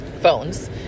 phones